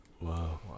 Wow